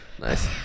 Nice